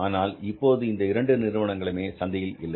ஆனால் இப்போது இந்த இரண்டு நிறுவனங்களுமே சந்தையில் இல்லை